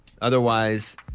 Otherwise